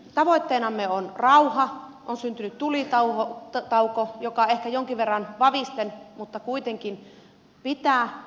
tavoitteenamme on rauha on syntynyt tulitauko joka ehkä jonkin verran vavisten mutta kuitenkin pitää